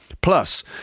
Plus